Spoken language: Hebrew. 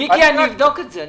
מיקי, אבדוק את זה.